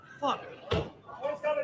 Fuck